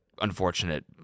unfortunate